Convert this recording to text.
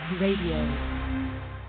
radio